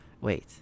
wait